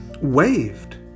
waved